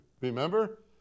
Remember